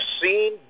seen